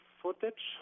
footage